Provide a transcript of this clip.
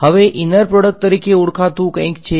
હવે inner product તરીકે ઓળખાતુ કંઈક છે